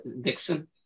Dixon